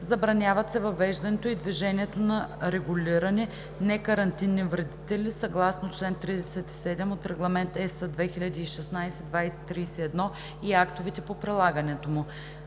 Забраняват се въвеждането и движението на регулирани некарантинни вредители съгласно чл. 37 от Регламент (ЕС) 2016/2031 и актовете по прилагането му.